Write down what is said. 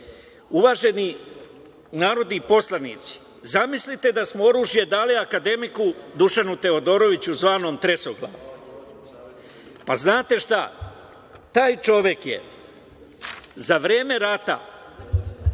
godine. Uvaženi narodni poslanici, zamislite da smo oružje dali akademiku Dušanu Teodoroviću zvanom "tresoglav". Pa, znate šta, taj čovek je za vreme rata